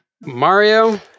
Mario